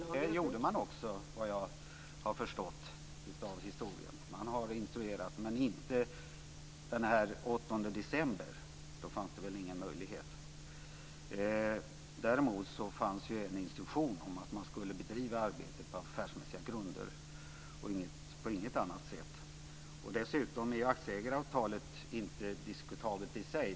Fru talman! Det gjorde man också, vad jag har förstått av historien. Man har instruerat, men inte den 8 december. Då fanns det väl ingen möjlighet. Däremot fanns det ju en instruktion om att man skulle bedriva arbetet på affärsmässiga grunder och inte på något annat sätt. Dessutom är ju aktieägaravtalet inte diskutabelt i sig.